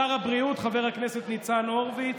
שר הבריאות חבר הכנסת ניצן הורביץ: